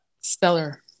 stellar